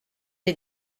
des